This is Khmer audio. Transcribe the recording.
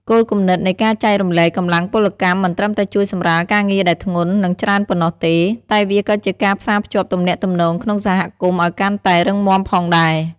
គោលគំនិតនៃការចែករំលែកកម្លាំងពលកម្មមិនត្រឹមតែជួយសម្រាលការងារដែលធ្ងន់ និងច្រើនប៉ុណ្ណោះទេ តែវាក៏ជាការផ្សារភ្ជាប់ទំនាក់ទំនងក្នុងសហគមន៍ឱ្យកាន់តែរឹងមាំផងដែរ។